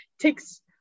takes